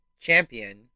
champion